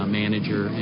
manager